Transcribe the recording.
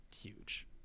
huge